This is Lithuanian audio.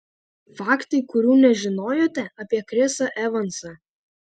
faktai kurių nežinojote apie chrisą evansą